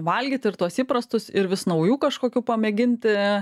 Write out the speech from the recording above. valgyti ir tuos įprastus ir vis naujų kažkokių pamėginti